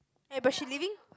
eh but she leaving